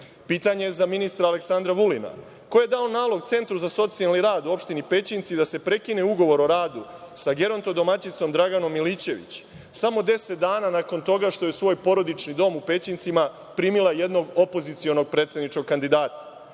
Pitanje za ministra Aleksandra Vulina: ko je dao nalog Centru za socijalni rad u opštini Pećinci da se prekine ugovor o radu sa gerontodomaćicom Draganom Milićević, samo 10 dana nakon toga što je u svoj porodični dom u Pećincima primila jednog opozicionog predsedničkog kandidata?